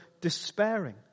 despairing